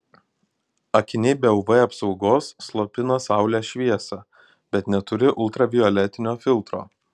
akiniai be uv apsaugos slopina saulės šviesą bet neturi ultravioletinio filtro